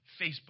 facebook